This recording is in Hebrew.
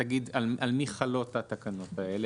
תגיד על מי חלות התקנות האלה.